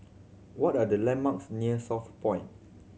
what are the landmarks near Southpoint